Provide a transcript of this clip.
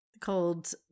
called